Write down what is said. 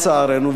לצערנו,